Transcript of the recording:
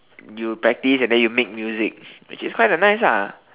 you practise and then you make music which is kinda nice lah